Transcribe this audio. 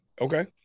okay